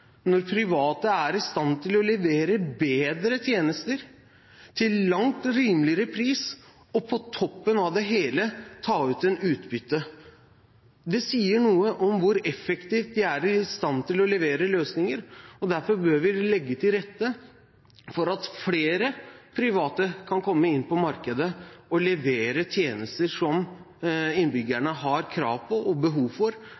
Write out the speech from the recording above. når private er i stand til å levere bedre tjenester til langt rimeligere pris, og på toppen av det hele tar ut utbytte. Det sier noe om hvor effektivt de er i stand til å levere løsninger. Derfor bør vi legge til rette for at flere private kan komme inn på markedet og levere tjenester som innbyggerne har krav på og behov for,